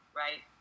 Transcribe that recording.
right